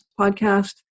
podcast